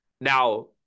Now